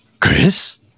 Chris